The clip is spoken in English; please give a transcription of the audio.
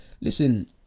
listen